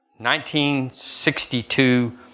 1962